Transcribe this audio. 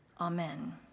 Amen